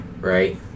right